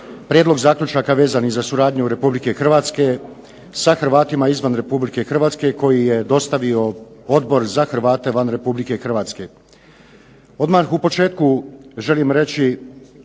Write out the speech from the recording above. Prijedlog zaključaka vezanih za suradnju Republike Hrvatske s Hrvatima izvan Republike Hrvatske. Predlagatelj: Odbor za Hrvate izvan Republike Hrvatske. Odbor je predložio ove